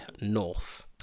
North